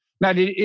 Now